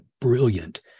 brilliant